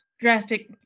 Drastic